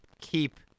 keep